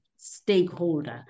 Stakeholder